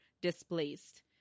displaced